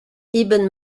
ibn